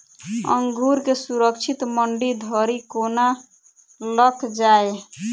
अंगूर केँ सुरक्षित मंडी धरि कोना लकऽ जाय?